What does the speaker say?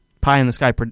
pie-in-the-sky